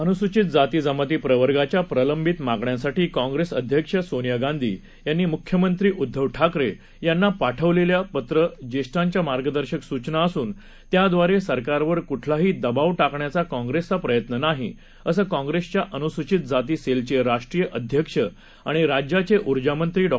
अनुसूचितजातीजमातीप्रवर्गाच्याप्रलंबितमागण्यांसाठीकाँप्रेसअध्यक्षसोनियागांधीयांनीमुख्यमंत्रीउद्धवठाकरेयांनापाठवलेलंपत्रज्ये ष्ठांच्यामार्गदर्शकसूचनाअसून त्याद्वारेसरकारवरकुठलाहीदबावटाकण्याचाकाँग्रेसचाप्रयत्ननाही असंकाँग्रेसच्याअनुसुचितजातीसेलचेराष्ट्रीयअध्यक्षआणिराज्याचेऊर्जामंत्रीडॉ